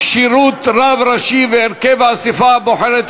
כשירות רב ראשי והרכב האספה הבוחרת),